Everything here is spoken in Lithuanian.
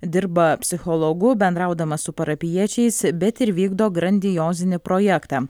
dirba psichologu bendraudamas su parapijiečiais bet ir vykdo grandiozinį projektą